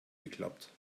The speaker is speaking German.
geklappt